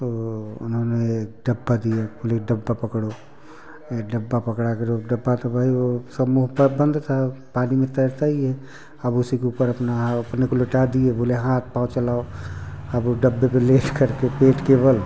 तो उन्होंने डब्बा दिया बोले डब्बा पकड़ो यह डब्बा पकड़ा कर रोक डब्बा तो भाई वह सब मुँह पर बंद था पानी में तैरता ही है अब उसी के ऊपर अपना अपने को लिटा दिए बोले हाथ पाँव चलाओ अब वह डब्बे पर लेट कर के पेट के बल